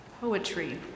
poetry